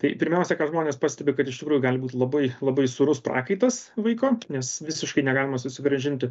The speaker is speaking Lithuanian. tai pirmiausia ką žmonės pastebi kad iš tikrųjų gali būt labai labai sūrus prakaitas vaiko nes visiškai negalima susigrąžinti